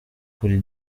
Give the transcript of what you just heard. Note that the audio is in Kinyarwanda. kuri